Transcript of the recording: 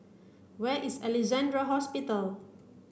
where is Alexandra Hospital